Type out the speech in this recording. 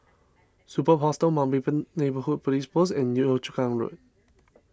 Superb Hostel Mountbatten Neighbourhood Police Post and Yio Chu Kang Road